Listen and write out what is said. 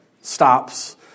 stops